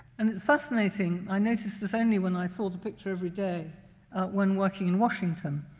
and it's fascinating, i noticed this only when i saw the picture every day when working in washington,